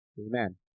Amen